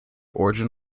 origin